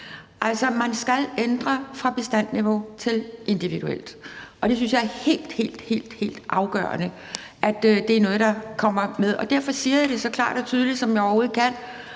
Altså, man skal ændre det fra bestandsniveau til individuelt niveau, og jeg synes, det er helt, helt afgørende, at det er noget, der kommer med, og derfor siger jeg det også, så klart og tydeligt som jeg overhovedet kan.